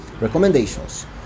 Recommendations